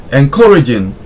encouraging